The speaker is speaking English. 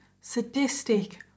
sadistic